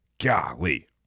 golly